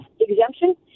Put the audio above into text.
exemption